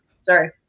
Sorry